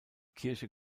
kirche